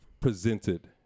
presented